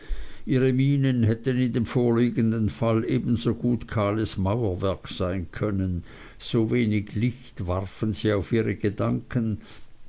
ihre mienen hätten in dem vorliegenden fall ebensogut kahles mauerwerk sein können so wenig licht warfen sie auf ihre gedanken